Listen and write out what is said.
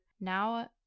now